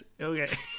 Okay